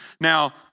Now